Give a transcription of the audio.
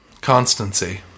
Constancy